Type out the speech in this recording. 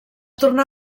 tornà